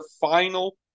final